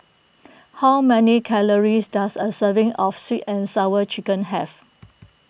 how many calories does a serving of Sweet and Sour Chicken have